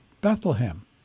Bethlehem